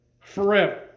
forever